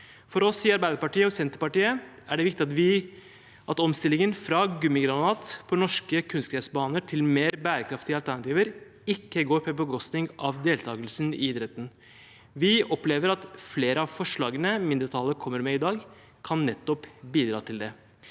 For oss i Arbeiderpartiet og Senterpartiet er det viktig at omstillingen fra gummigranulat på norske kunstgressbaner til mer bærekraftige alternativer ikke går på bekostning av deltakelsen i idretten. Vi opplever at flere av forslagene mindretallet kommer med i dag, nettopp kan bidra til det.